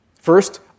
First